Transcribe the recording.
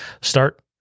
Start